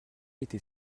était